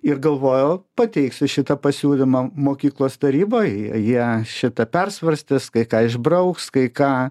ir galvojau pateiksiu šitą pasiūlymą mokyklos taryboj jie šitą persvarstys kai ką išbrauks kai ką